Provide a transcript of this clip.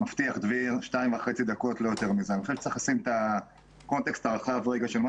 אני חושב שצריך לשים את הקונטקסט הרחב של מה